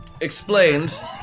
explains